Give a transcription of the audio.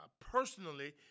personally